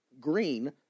green